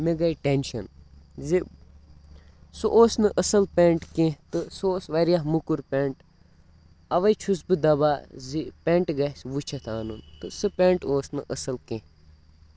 مےٚ گٔے ٹٮ۪نشَن زِ سُہ اوس نہٕ اَصٕل پٮ۪نٛٹ کیٚنٛہہ تہٕ سُہ اوس واریاہ موٚکُر پٮ۪نٛٹ اَوَے چھُس بہٕ دَپان زِ پٮ۪نٛٹ گژھِ وٕچھِتھ اَنُن تہٕ سُہ پٮ۪نٛٹ اوس نہٕ اَصٕل کیٚنٛہہ